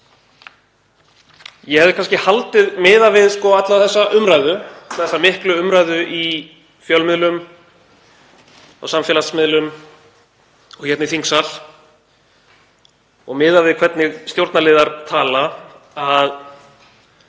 Ég hefði kannski haldið, miðað við alla þessa umræðu, þessa miklu umræðu í fjölmiðlum, á samfélagsmiðlum og hérna í þingsal, og miðað við hvernig stjórnarliðar tala, að